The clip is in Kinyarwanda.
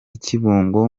kibungo